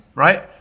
Right